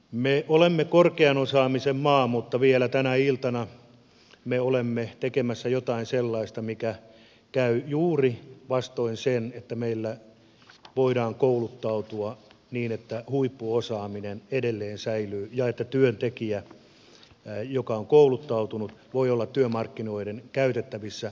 me olemme korkean osaamisen maa mutta vielä tänä iltana me olemme tekemässä jotain sellaista mikä käy juuri vastoin sitä että meillä voidaan kouluttautua niin että huippuosaaminen edelleen säilyy ja että työntekijä joka on kouluttautunut voi olla työmarkkinoiden käytettävissä